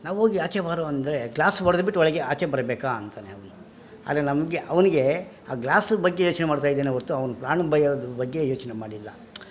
ನಾವ್ಹೋಗಿ ಆಚೆ ಬಾರೋ ಅಂದರೆ ಗ್ಲಾಸ್ ಒಡ್ದು ಬಿಟ್ಟು ಒಳಗೆ ಆಚೆ ಬರಬೇಕಾ ಅಂತಾನೆ ಅವನು ಆದರೆ ನಮಗೆ ಅವನಿಗೆ ಆ ಗ್ಲಾಸ್ ಬಗ್ಗೆ ಯೋಚನೆ ಮಾಡ್ತಾ ಇದ್ದಾನೆ ಹೊರ್ತು ಅವನು ಪ್ರಾಣದ ಬಗ್ಗೆ ಯೋಚನೆ ಮಾಡಿಲ್ಲ